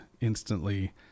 instantly